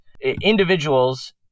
individuals